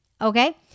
okay